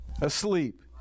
asleep